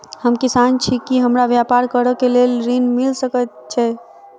हम किसान छी की हमरा ब्यपार करऽ केँ लेल ऋण मिल सकैत ये?